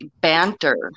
banter